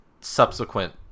subsequent